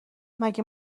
مگه